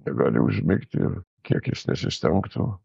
negali užmigti ir kiek jis nesistengtų